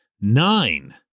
Nine